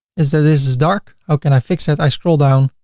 is that this is dark, how can i fix that? i scroll down,